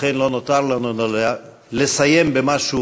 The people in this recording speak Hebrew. לכן, לא נותר לנו אלא לסיים במשהו